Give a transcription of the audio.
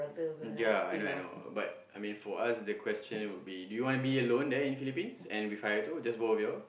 ya I know I know but I mean for us the question would be do you want to be alone there in Philippines and If I have to just both of y'all